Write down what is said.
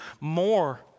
more